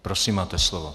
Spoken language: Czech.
Prosím, máte slovo.